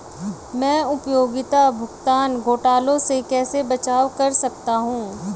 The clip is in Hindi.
मैं उपयोगिता भुगतान घोटालों से कैसे बचाव कर सकता हूँ?